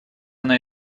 она